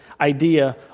idea